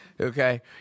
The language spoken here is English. okay